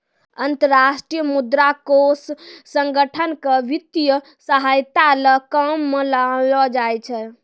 अन्तर्राष्ट्रीय मुद्रा कोष संगठन क वित्तीय सहायता ल काम म लानलो जाय छै